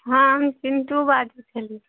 हँ हम चिन्टू बाजै छियै